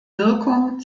wirkung